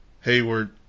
hayward